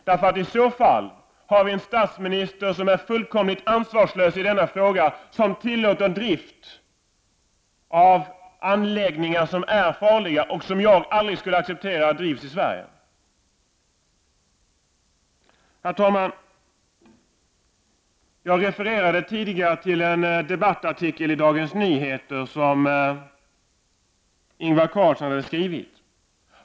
I så fall har vi i det här landet en statsminister som är fullkomligt ansvarslös i denna fråga, eftersom han tillåter drift av anläggningar som är farliga och som jag aldrig skulle acceptera drivs i Sverige. Herr talman! Jag refererade tidigare till en debattartikel i Dagens Nyheter som Ingvar Carlsson hade skrivit.